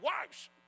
Wives